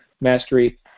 Mastery